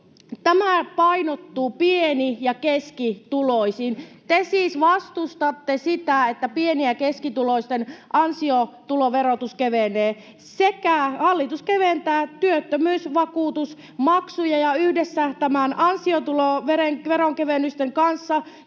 tämä painottuu pieni- ja keskituloisiin. Te siis vastustatte sitä, että pieni- ja keskituloisten ansiotuloverotus kevenee. Lisäksi hallitus keventää työttömyysvakuutusmaksuja, ja yhdessä ansiotuloveron kevennysten kanssa tämä